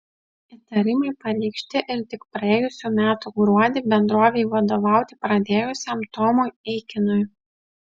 įtarimai pareikšti ir tik praėjusių metų gruodį bendrovei vadovauti pradėjusiam tomui eikinui